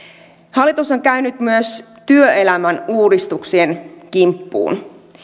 hallitus on käynyt myös työelämän uudistuksien kimppuun